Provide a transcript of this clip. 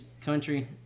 country